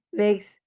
makes